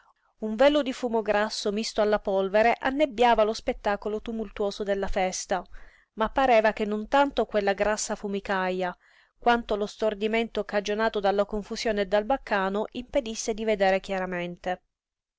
un velo di fumo grasso misto alla polvere annebbiava lo spettacolo tumultuoso della festa ma pareva che non tanto quella grassa fumicaja quanto lo stordimento cagionato dalla confusione e dal baccano impedisse di vedere chiaramente